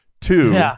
two